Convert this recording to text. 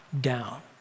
down